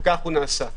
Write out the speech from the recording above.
וכך נעשה.